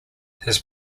his